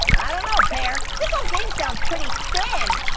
i don't know, pear. this whole game sounds pretty thin.